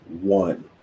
one